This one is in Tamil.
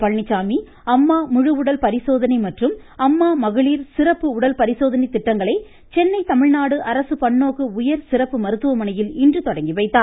பழனிசாமி அம்மா முழுஉடல் பரிசோதனை மற்றும் அம்மா மகளிர் சிறப்பு உடல்பரிசோதனை திட்டங்களை சென்னை தமிழ்நாடு அரசு பன்னோக்கு உயர்சிறப்பு மருத்துவமனையில் இன்று துவக்கி வைத்தார்